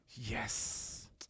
Yes